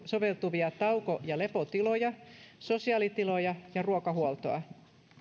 soveltuvia tauko ja lepotiloja sosiaalitiloja ja ruokahuoltoa